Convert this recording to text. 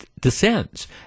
descends